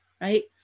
right